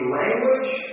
language